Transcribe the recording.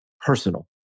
personal